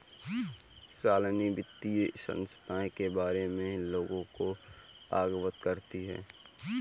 शालिनी वित्तीय संस्थाएं के बारे में लोगों को अवगत करती है